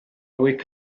week